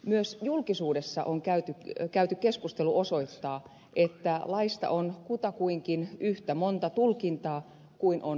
myös julkisuudessa käyty keskustelu osoittaa että laista on kutakuinkin yhtä monta tulkintaa kuin on puhujaa